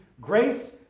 grace